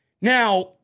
Now